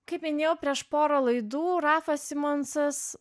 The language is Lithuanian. kaip minėjau prieš porą laidų rafas simonsas